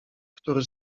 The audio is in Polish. który